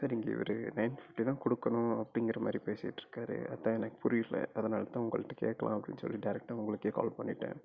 sir இங்கே இவர் nine fifty தான் கொடுக்கணும் அப்டிங்கிற மாதிரி பேசிட்டுருக்காரு அதான் எனக்கு புரியல அதனால தான் உங்கள்கிட்ட கேட்கலாம் அப்டின்னு சொல்லி டேரக்டாக உங்களுக்கு கால் பண்ணிட்டேன்